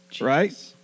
Right